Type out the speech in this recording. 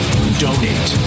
Donate